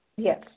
Yes